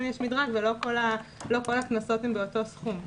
יש מדרג ולא כל הקנסות הם באותו סכום.